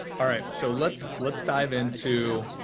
all right. so, let's let's dive into